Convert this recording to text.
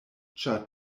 ĉar